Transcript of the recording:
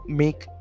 make